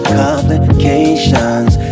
complications